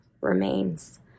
remains